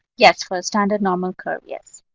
yes, for a standard normal curve, yes.